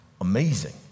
Amazing